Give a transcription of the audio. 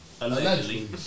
allegedly